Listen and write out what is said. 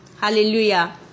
Hallelujah